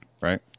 Right